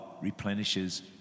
replenishes